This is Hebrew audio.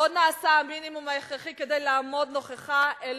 לא נעשה המינימום ההכרחי כדי לעמוד נכוחה אל